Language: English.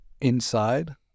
inside